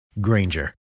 Granger